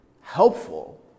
helpful